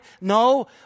No